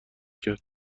کرد